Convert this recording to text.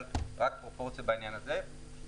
אבל רק שתהיה פרופורציה בעניין הזה.